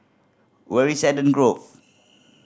where is Eden Grove